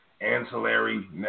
ancillary